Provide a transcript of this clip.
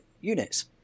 units